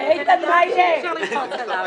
זה בן אדם שאי אפשר לכעוס עליו.